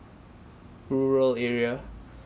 rural area